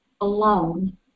alone